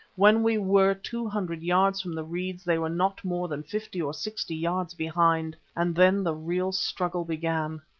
when we were two hundred yards from the reeds they were not more than fifty or sixty yards behind, and then the real struggle began.